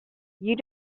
you